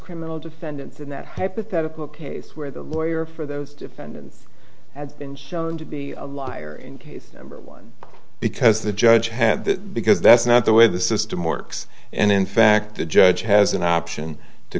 criminal defendants in that hypothetical case where the lawyer for those defendants has been shown to be a liar in case one because the judge had to because that's not the way the system works and in fact the judge has an option to